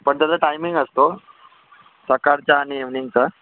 पण त्याचा टायमिंग असतो सकाळचा आणि इव्हीनिंगचा